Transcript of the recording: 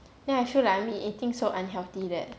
then I feel like I've been eating so unhealthy that